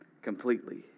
Completely